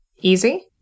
Easy